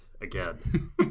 again